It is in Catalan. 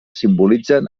simbolitzen